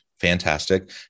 fantastic